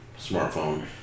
smartphone